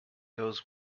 goes